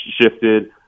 shifted